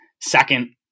second